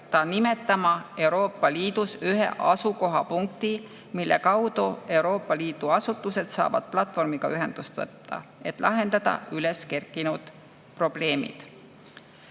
ta nimetama Euroopa Liidus ühe asukohapunkti, mille kaudu Euroopa Liidu asutused saavad platvormiga ühendust võtta, et lahendada üles kerkinud probleemid.